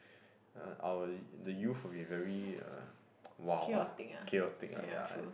uh our the youth will be very uh wild ah chaotic ah ya